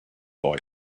boy